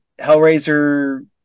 Hellraiser